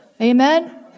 Amen